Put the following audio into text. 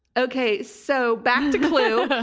okay, so back to clue.